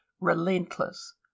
relentless